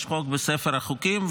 יש חוק בספר החוקים,